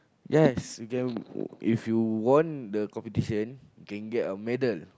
yes you can if you won the competition can get a medal